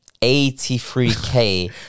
83k